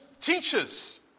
teachers